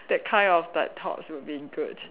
that kind of like thoughts would be good